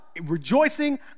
rejoicing